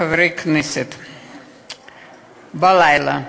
חברת הכנסת סופה לנדבר.